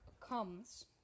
comes